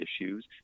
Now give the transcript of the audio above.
issues